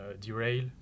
derail